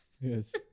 yes